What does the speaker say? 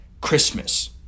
Christmas